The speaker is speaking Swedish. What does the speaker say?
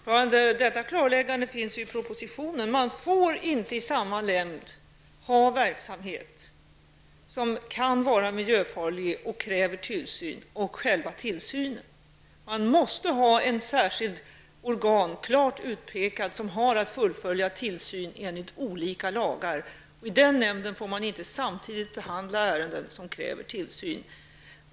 Herr talman! Detta klarläggande finns ju i propositionen. Man får i samma nämnd inte behandla verksamhet som kan vara miljöfarlig och som kräver tillsyn och själva tillsynen. Man måste ha ett särskilt organ klart utpekat som har att fullfölja tillsynen enligt olika lagar. Och i den nämnden får man inte samtidigt behandla ärenden som kräver tillsyn.